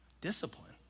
discipline